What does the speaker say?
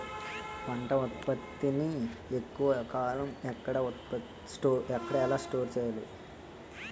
పంట ఉత్పత్తి ని ఎక్కువ కాలం ఎలా స్టోర్ చేయాలి?